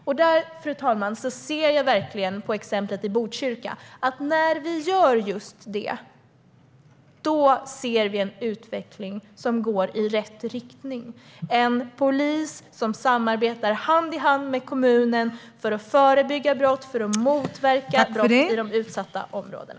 När vi gör just det, fru talman, som i exemplet i Botkyrka, ser vi också att utvecklingen går i rätt riktning, med en polis som samarbetar hand i hand med kommunen för att förebygga brott och motverka brott i de utsatta områdena.